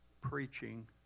preaching